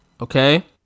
Okay